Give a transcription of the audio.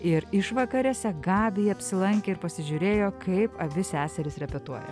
ir išvakarėse gabija apsilankė ir pasižiūrėjo kaip abi seserys repetuoja